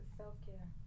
self-care